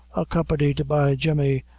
accompanied by jemmy,